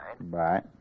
right